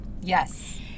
Yes